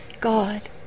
God